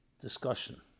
discussion